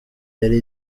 yari